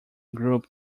group